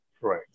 Right